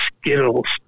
Skittles